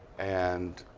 and